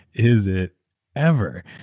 is it ever.